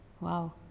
Wow